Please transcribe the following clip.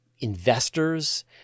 investors